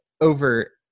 over